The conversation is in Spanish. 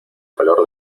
color